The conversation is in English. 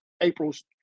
April's